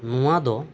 ᱱᱚᱣᱟ ᱫᱚ